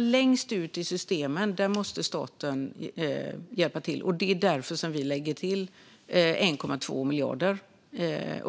Längst ut i systemen måste staten hjälpa till. Det är därför som vi tillför 1,2 miljarder kronor.